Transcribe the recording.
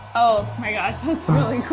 oh my gosh, that's really cool.